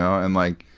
and like,